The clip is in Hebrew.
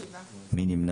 7. מי נמנע?